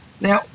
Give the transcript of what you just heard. Now